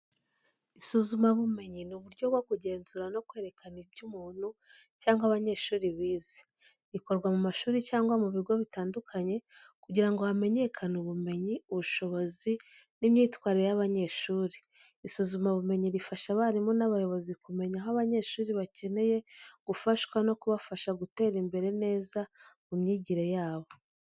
Isuzumabumenyi ni uburyo bwo kugenzura no kwerekana ibyo umuntu cyangwa abanyeshuri bize. Rikorwa mu mashuri cyangwa mu bigo bitandukanye kugira ngo hamenyekane ubumenyi, ubushobozi n’imyitwarire y’abanyeshuri. Isuzumabumenyi rifasha abarimu n’abayobozi kumenya aho abanyeshuri bakeneye gufashwa no kubafasha gutera imbere neza mu myigire yabo.